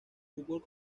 fútbol